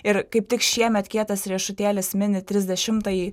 ir kaip tik šiemet kietas riešutėlis mini trisdešimtąjį